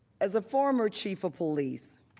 as a former chief of police,